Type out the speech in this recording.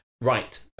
Right